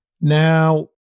Now